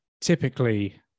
typically